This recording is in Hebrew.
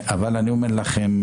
אני אומר לכם,